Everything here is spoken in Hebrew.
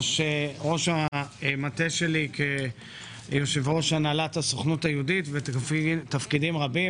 וראש המטה שלי כיושב-ראש הנהלת הסוכנות היהודית ובתפקידים רבים.